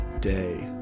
day